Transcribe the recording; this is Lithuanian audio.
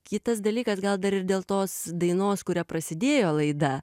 kitas dalykas gal dar ir dėl tos dainos kuria prasidėjo laida